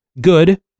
Good